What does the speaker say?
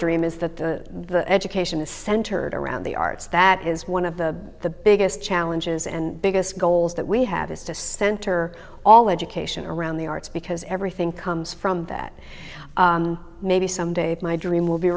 dream is that the education is centered around the arts that is one of the biggest challenges and biggest goals that we have is to center all education around the arts because everything comes from that maybe someday my dream will be